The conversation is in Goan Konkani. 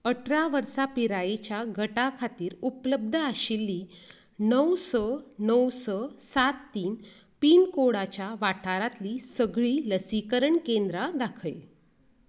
अठरा वर्सां पिरायेच्या गटा खातीर उपलब्ध आशिल्ली णव स णव स सात तीन पीन कोडाच्या वाठारातली सगळीं लसीकरण केंद्रां दाखय